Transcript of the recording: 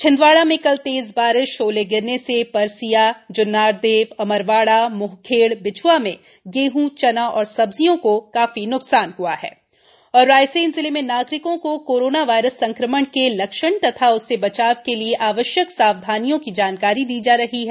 छिन्दवाडा कल तेज बारिश ओले गिरने से परसिया जुन्नारदेव अमरवाड़ा मोहखेड़ बिछ्आ में गेंहू चना और सब्जियों को काफी नुकसान हुआ है रायसेन जिले में नागरिकों को कोरोना वायरस संक्रमण के लक्षण तथा उससे बचाव के लिए आवश्यक सावधानियों की जानकारी दी जा रही है